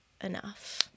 enough